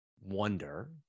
wonder